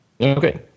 Okay